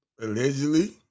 allegedly